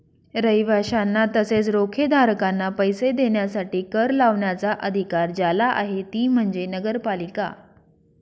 रहिवाशांना तसेच रोखेधारकांना पैसे देण्यासाठी कर लावण्याचा अधिकार ज्याला आहे ती म्हणजे नगरपालिका